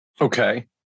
Okay